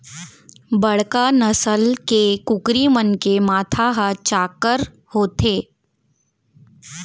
बड़का नसल के कुकरी मन के माथा ह चाक्कर होथे